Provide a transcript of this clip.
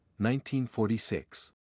1946